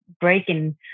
breaking